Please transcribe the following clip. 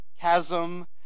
chasm